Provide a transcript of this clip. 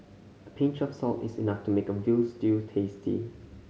a pinch of salt is enough to make a veal stew tasty